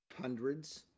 hundreds